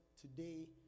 today